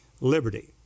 liberty